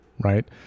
Right